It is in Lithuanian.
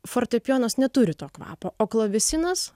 fortepijonas neturi to kvapo o klavesinas